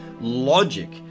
logic